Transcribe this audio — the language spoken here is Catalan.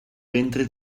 ventre